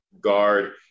Guard